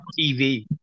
TV